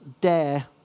dare